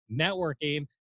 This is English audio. networking